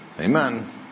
Amen